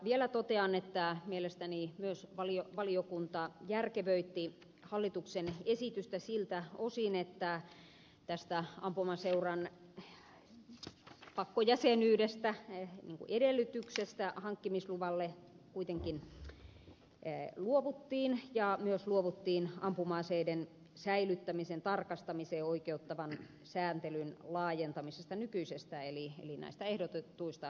vielä totean että mielestäni myös valiokunta järkevöitti hallituksen esitystä siltä osin että ampumaseuran pakkojäsenyydestä edellytyksenä hankkimisluvalle kuitenkin luovuttiin ja myös luovuttiin ampuma aseiden säilyttämisen tarkastamiseen oikeuttavan sääntelyn laajentamisesta nykyisestä eli näistä ehdotetuista kotitarkastuksista